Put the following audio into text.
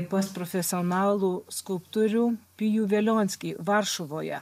pas profesionalų skulptorių pijų velionskį varšuvoje